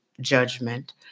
judgment